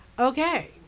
Okay